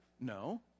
No